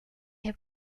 have